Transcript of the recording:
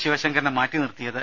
ശിവശങ്കരനെ മാറ്റി നിർത്തിയത്